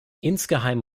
insgeheim